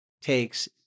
takes